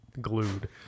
glued